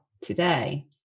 today